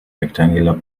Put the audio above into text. rectangular